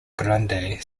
grande